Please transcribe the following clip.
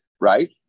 right